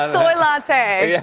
um soy latte. yeah,